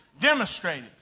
demonstrated